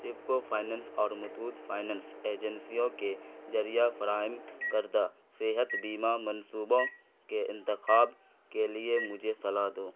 Repco finance اور Muthoot finance ایجنسیوں کے ذریعہ فراہم کردہ صحت بیمہ منصوبوں کے انتخاب کے لیے مجھے صلاح دو